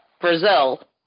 Brazil